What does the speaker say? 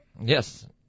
Yes